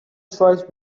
choice